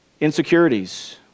insecurities